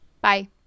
Bye